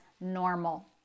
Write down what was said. normal